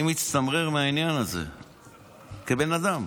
אני מצטמרר מהעניין הזה כבן אדם.